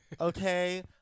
okay